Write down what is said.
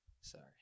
sorry